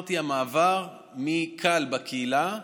מעבר ממצב קל בקהילה,